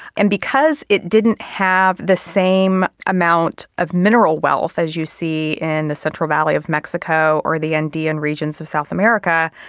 and because it didn't have the same amount of mineral wealth as you see in the central valley of mexico or the andean regions of south america,